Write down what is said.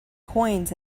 coins